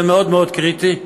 זה מאוד מאוד קריטי.